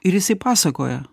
ir jisai pasakoja